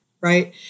Right